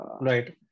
Right